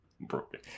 broken